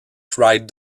cried